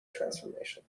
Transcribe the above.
transformation